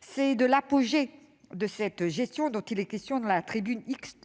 C'est de l'apogée de cette gestion dont il est question dans la tribune